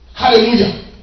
Hallelujah